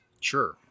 Sure